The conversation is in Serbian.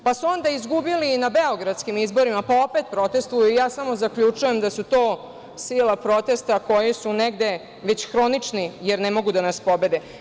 Onda su izgubili na beogradskim izborima pa opet protestuju i samo zaključujem da su to sila protesta koji su negde već hronični, jer ne mogu da nas pobede.